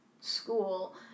school